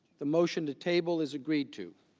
the motion to table is agreed to.